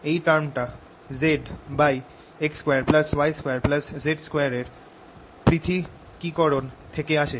এই টার্ম টা zx2y2z2 এর পৃথকীকরণ থেকে আসে